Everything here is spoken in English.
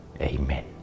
Amen